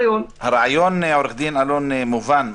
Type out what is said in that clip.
הרעיון, עורך הדין אלון, מובן.